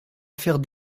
affaire